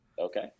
Okay